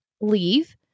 leave